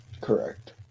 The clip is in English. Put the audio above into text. Correct